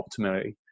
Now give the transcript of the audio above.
optimally